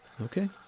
Okay